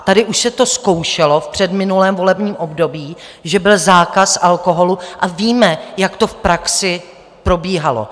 Tady už se to zkoušelo v předminulém volebním období, že byl zákaz alkoholu, a víme, jak to v praxi probíhalo.